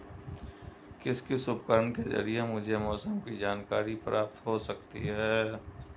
किस किस उपकरण के ज़रिए मुझे मौसम की जानकारी प्राप्त हो सकती है?